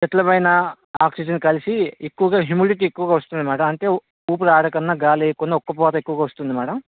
చెట్లపైన oxygen కలిసి ఎక్కువగా humidity ఎక్కువగా వస్తుంది మ్యాడమ్ అంటే ఊ ఊపిరాడకన్న గాలేయకున్న ఉక్కపోత ఎక్కువగా వస్తుంది మ్యాడమ్